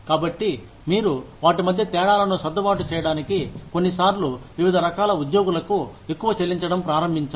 కాబట్టి మీరు వాటి మధ్య తేడాలను సర్దుబాటు చేయడానికి కొన్ని సార్లు వివిధ రకాల ఉద్యోగులకు ఎక్కువ చెల్లించడం ప్రారంభించండి